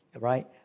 right